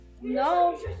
No